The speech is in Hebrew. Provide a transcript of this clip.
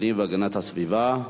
הפנים והגנת הסביבה.